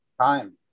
time